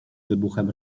wybuchem